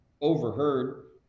overheard